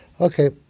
okay